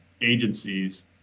agencies